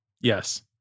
Yes